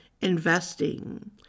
investing